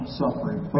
suffering